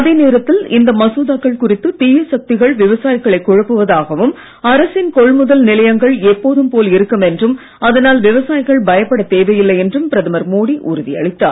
அதே நேரத்தில் இந்த மசோதாக்கள் குறித்து தீய சக்திகள் விவசாயிகளை குழப்புவதாகவும் அரசின் கொள்முதல் நிலையங்கள் எப்போதும் போல் இருக்கும் என்றும் அதனால் விவசாயிகள் பயப்படத் தேவையில்லை என்றும் பிரதமர் மோடி உறுதியளித்தார்